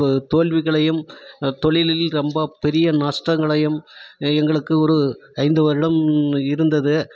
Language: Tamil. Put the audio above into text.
தோல்விகளையும் தொழிலில் ரொம்ப பெரிய நஷ்டங்களையும் எங்களுக்கு ஒரு ஐந்து வருடம் இருந்தது